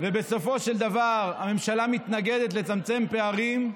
ובסופו של דבר הממשלה מתנגדת לצמצם פערים,